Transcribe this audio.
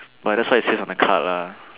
but that's what it says on the card lah